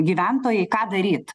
gyventojai ką daryt